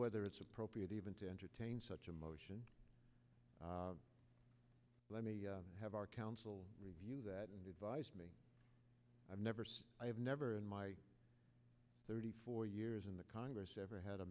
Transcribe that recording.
whether it's appropriate even to entertain such a motion let me have our counsel review that advice me i've never i have never in my thirty four years in the congress ever had a